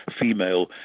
female